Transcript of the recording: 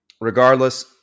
Regardless